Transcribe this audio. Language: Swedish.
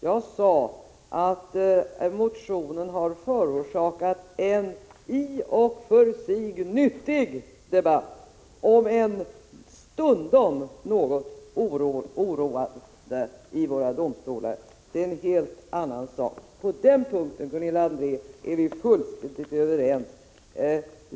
Jag sade att motionen har förorsakat en i och för sig nyttig debatt, om än stundom något oroande, i våra domstolar. Det är en helt annan sak. På den punkten, Gunilla André, är vi fullständigt överens.